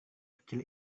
kecil